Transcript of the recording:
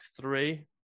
three